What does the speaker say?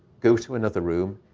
go to another room,